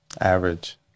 average